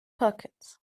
pockets